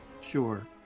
Sure